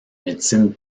médecine